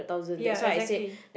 ya exactly